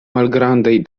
malgrandaj